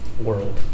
world